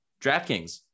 DraftKings